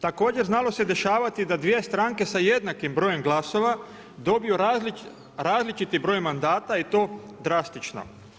Također znalo se dešavati da 2 stranke sa jednakim brojem glasova dobiju različiti broj mandata i to drastično.